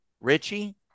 Richie